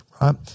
right